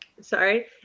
Sorry